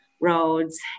roads